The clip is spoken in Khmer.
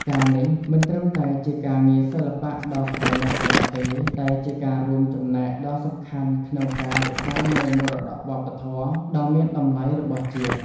ការណ៍នេះមិនត្រឹមតែជាការងារសិល្បៈដ៏ប្រណីតប៉ុណ្ណោះទេ តែជាការរួមចំណែកដ៏សំខាន់ក្នុងការ រក្សានូវមរតកវប្បធម៌ ដ៏មានតម្លៃរបស់ជាតិ។